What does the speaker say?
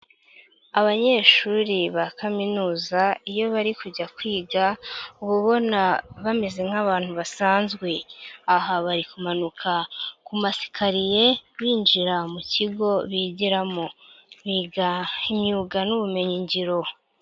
Abanyeshuri ba kaminuza iyo bari kujya kwiga uba ubona bameze nk'abantu basanzwe. Aha bari kumanuka ku masikariye binjira mu kigo bigiramo. Biga imyuga n'ubumenyingiro.